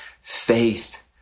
faith